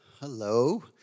Hello